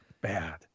bad